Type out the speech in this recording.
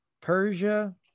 Persia